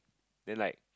then like